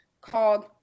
called